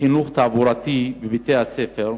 חינוך תעבורתי בבתי-הספר,